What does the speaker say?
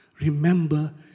Remember